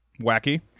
wacky